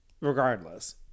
Regardless